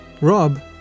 Rob